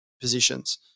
positions